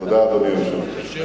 תודה, אדוני היושב-ראש.